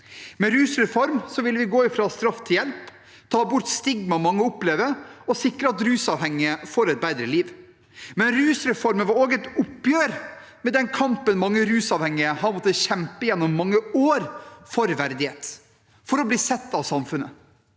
Med rusreform ville vi gå fra straff til hjelp, ta bort stigmaet mange opplever, og sikre at rusavhengige får et bedre liv. Rusreformen var også et oppgjør med den kampen mange rusavhengige gjennom mange år hadde kjempet for verdighet og for å bli sett av samfunnet.